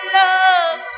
love